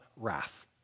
wrath